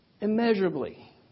immeasurably